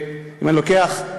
אם אני לוקח,